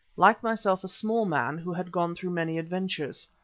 like myself a small man who had gone through many adventures.